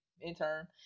intern